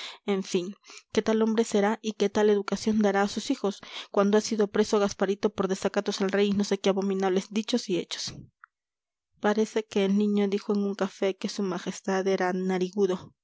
en fin qué tal hombre será y qué tal educación dará a sus hijos cuando ha sido preso gasparito por desacatos al rey y no sé qué abominables dichos y hechos parece que el niño dijo en un café que su majestad era narigudo